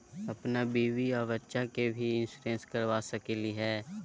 अपन बीबी आ बच्चा के भी इंसोरेंसबा करा सकली हय?